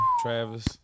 Travis